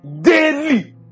Daily